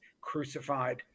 crucified